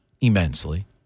immensely